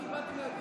אני באתי להגיד,